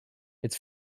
its